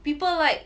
people like